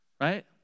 right